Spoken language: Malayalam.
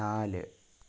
നാല്